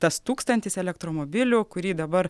tas tūkstantis elektromobilių kurį dabar